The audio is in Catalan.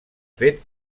fet